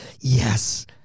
yes